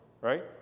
right